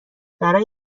برای